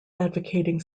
advocating